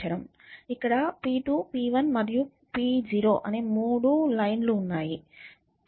ఇక్కడ p2 p1 మరియు p0 అనే మూడు లైన్ లు ఉన్నాయి